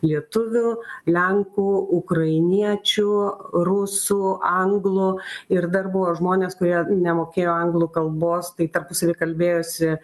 lietuvių lenkų ukrainiečių rusų anglų ir dar buvo žmonės kurie nemokėjo anglų kalbos tai tarpusavy kalbėjosi